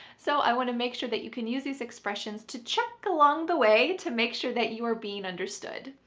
so i want to make sure that you can use these expressions to check along the way, to make sure that you are being understood.